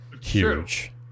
huge